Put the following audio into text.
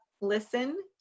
listen